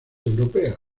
europeas